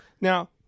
Now